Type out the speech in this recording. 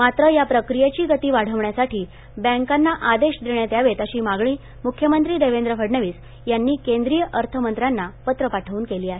मात्र या प्रक्रियेची गती वाढविण्यासाठी बँकांना आदेश देण्यात यावेत अशी मागणी म्ख्यमंत्री देवेंद्र फडणवीस यांनी केंद्रीय अर्थमंत्र्यांना पत्र पाठवून केली आहे